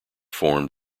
formed